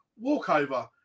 walkover